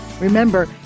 Remember